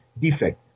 defect